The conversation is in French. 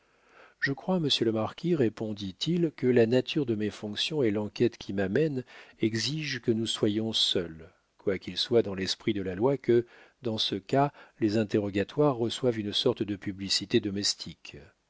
je crois monsieur le marquis répondit-il que la nature de mes fonctions et l'enquête qui m'amène exigent que nous soyons seuls quoiqu'il soit dans l'esprit de la loi que dans ce cas les interrogatoires reçoivent une sorte de publicité domestique